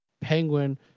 Penguin